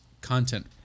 content